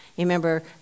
remember